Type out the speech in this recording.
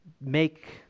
make